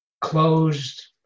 closed